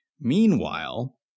Meanwhile